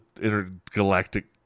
intergalactic